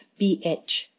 BH